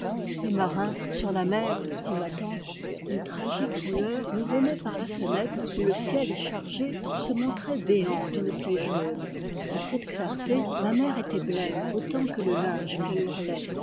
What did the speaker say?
les marins sur la mer dit ma tante une tragique lueur nous venait par la fenêtre où le ciel chargé se montrait béant d'une plaie jaune a cette clarté ma mère était blême autant que le linge